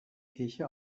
kirche